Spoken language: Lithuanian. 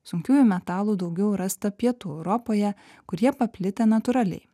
sunkiųjų metalų daugiau rasta pietų europoje kur jie paplitę natūraliai